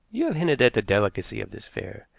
you have hinted at the delicacy of this affair,